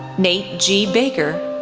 nate g. baker,